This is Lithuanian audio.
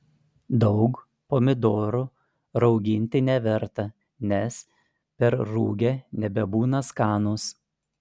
daug pomidorų rauginti neverta nes perrūgę nebebūna skanūs